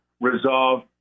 resolve